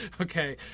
okay